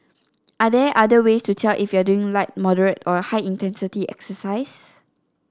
are there other ways to tell if you are doing light moderate or high intensity exercise